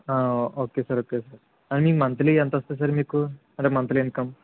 okay sir అయితే I mean monthly ఎంత వస్తుంది సార్ మీకు అదే మంత్లీ ఇన్కమ్